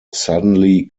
suddenly